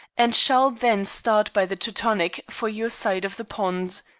and shall then start by the teutonic for your side of the pond.